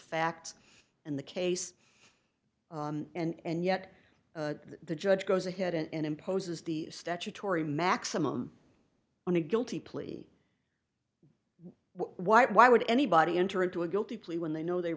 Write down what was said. facts and the case and yet the judge goes ahead and imposes the statutory maximum on a guilty plea why why would anybody enter into a guilty plea when they know they